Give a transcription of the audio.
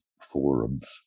forums